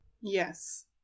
Yes